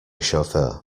chauffeur